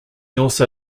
also